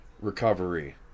recovery